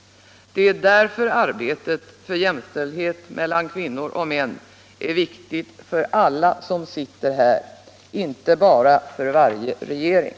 Det är därför arbetet för jämställdhet mellan kvinnor och män är viktigt för alla som sitter här, inte bara för varje regering.